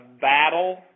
battle